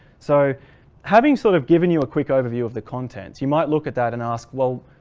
so having sort of given you a quick overview of the contents you might look at that and ask well,